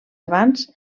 abans